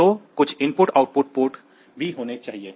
तो कुछ IO port भी होने चाहिए